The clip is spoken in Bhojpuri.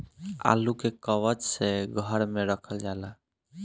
आलू के कवन से घर मे रखल जाला?